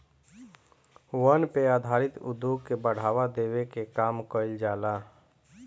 वन पे आधारित उद्योग के बढ़ावा देवे के काम कईल जाला